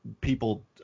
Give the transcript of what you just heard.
people